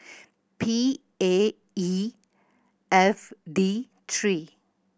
P A E F D three